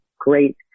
great